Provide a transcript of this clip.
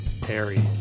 Perry